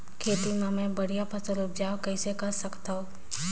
खेती म मै बढ़िया फसल उपजाऊ कइसे कर सकत थव?